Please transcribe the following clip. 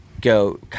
go